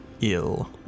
ill